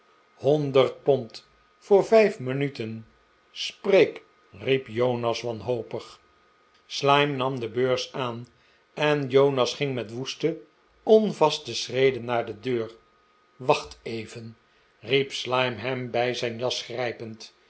honderd pond voor vijf minuten spreek riep jonas wanhopig slyme nam de beurs aan en jonas ging met woeste onvaste schreden naar de deur wacht even riep slyme hem bij zijn jas grijpend